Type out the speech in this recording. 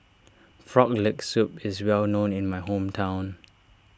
Frog Leg Soup is well known in my hometown